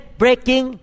breaking